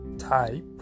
type